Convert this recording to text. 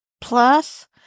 plus